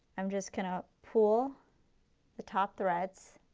i am just going to pull the top threads